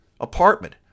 apartment